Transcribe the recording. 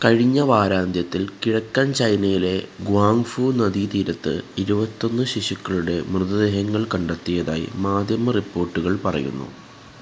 കഴിഞ്ഞ വാരാന്ത്യത്തിൽ കിഴക്കൻ ചൈനയിലെ ഗ്വാങ്ഫു നദീതീരത്ത് ഇരുപത്തൊന്ന് ശിശുക്കളുടെ മൃതദേഹങ്ങൾ കണ്ടെത്തിയതായി മാധ്യമ റിപ്പോർട്ടുകൾ പറയുന്നു